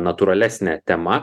natūralesnė tema